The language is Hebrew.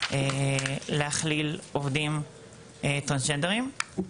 להכליל עובדים טרנסג'נדרים.